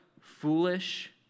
Foolish